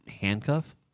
handcuff